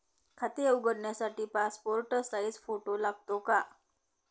खाते उघडण्यासाठी passport size photo लागतो का?